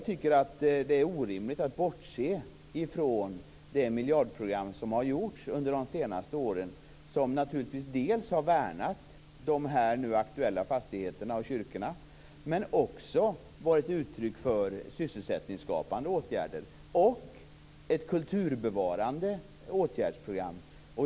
Det är orimligt att bortse ifrån det miljardprogram som har upprättats under de senaste åren och som har värnat de aktuella fastigheterna och kyrkorna. Det har också varit ett uttryck för sysselsättningsskapande åtgärder och ett kulturbevarande åtgärdsprogram.